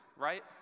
right